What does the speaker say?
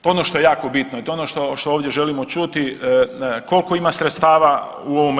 To je ono što je jako bitno i to je ono što ovdje želimo čuti koliko ima sredstava u ovome.